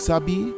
Sabi